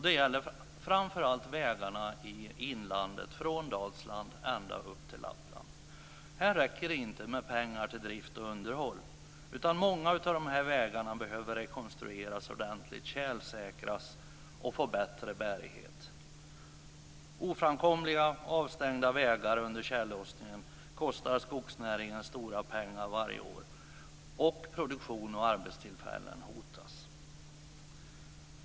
Det gäller framför allt vägarna i inlandet från Dalsland ända upp till Lappland. Här räcker det inte med pengar till drift och underhåll, utan många av de här vägarna behöver rekonstrueras ordentligt, tjälsäkras och få bättre bärighet. Oframkomliga och avstängda vägar under tjällossningen kostar skogsnäringen stora pengar varje år. Och produktion och arbetstillfällen hotas.